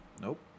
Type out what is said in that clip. Nope